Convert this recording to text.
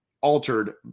altered